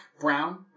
Brown